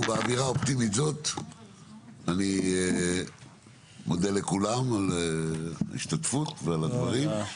ובאווירה אופטימית זאת אני מודה לכולם על ההשתתפות ועל הדברים,